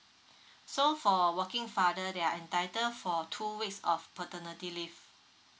so for working father they are entitled for two weeks of paternity leave